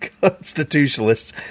constitutionalists